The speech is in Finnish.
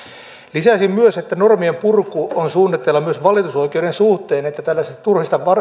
lisäisin myös että normien purku on suunnitteilla myös valitusoikeuden suhteen niin että tällaisista turhista